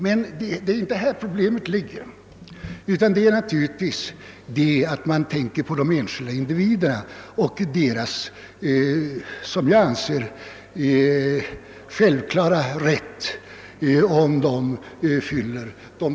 Det är som sagt inte här problemet ligger, utan det ligger i att man vill bevaka enskilda individers som vi anser självklara medborgarrätt.